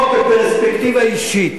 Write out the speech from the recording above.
אל תחוקק חוק בפרספקטיבה אישית.